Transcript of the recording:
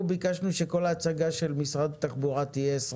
אנחנו ביקשנו שכל ההצעה של משרד התחבורה תהיה 20